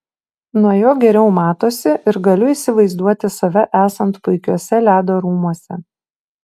nuo jo geriau matosi ir galiu įsivaizduoti save esant puikiuose ledo rūmuose